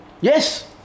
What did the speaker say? Yes